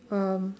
um